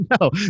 no